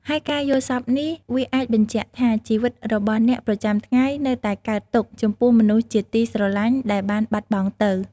ហើយការយល់សប្តិនេះ វាអាចបញ្ជាក់ថា ជីវិតរបស់អ្នកប្រចាំថ្ងៃ នៅតែកើតទុក្ខ ចំពោះមនុស្សជាទីស្រលាញ់ ដែលបានបាត់បង់ទៅ។